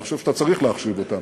אני חושב שאתה צריך להחשיב אותם,